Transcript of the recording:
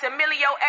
Emilio